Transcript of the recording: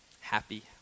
Happy